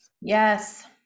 Yes